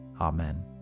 Amen